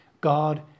God